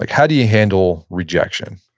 like how do you handle rejection?